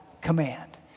command